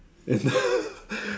and